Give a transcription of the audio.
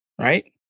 right